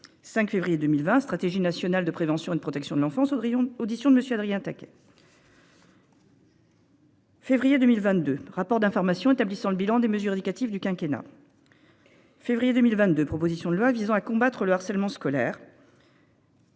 5 février 2020. Stratégie nationale de prévention et de protection de l'enfance au rayon audition de monsieur Adrien Taquet.-- Février 2022 rapport d'information établissant le bilan des mesures éducatives du quinquennat. Février 2022, proposition de loi visant à combattre le harcèlement scolaire.--